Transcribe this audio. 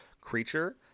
creature